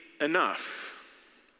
enough